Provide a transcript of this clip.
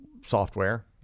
software